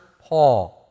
Paul